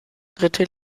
dritte